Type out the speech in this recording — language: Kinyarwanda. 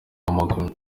w’amaguru